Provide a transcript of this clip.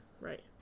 Right